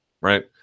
right